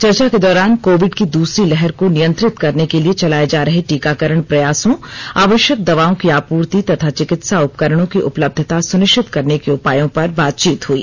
चर्चा के दौरान कोविड की दूसरी लहर को नियंत्रित करने के लिए चलाए जा रहे टीकाकरण प्रयासों आवश्यक दवाओं की आपूर्ति तथा चिकित्सा उपकरणों की उपलब्धता सुनिश्चित करने के उपायों पर बातचीत हुई